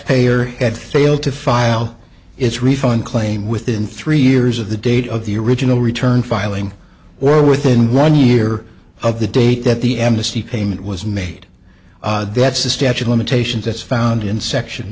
taxpayer had failed to file its refund claim within three years of the date of the original return filing or within one year of the date that the embassy payment was made that's the statute limitations that's found in section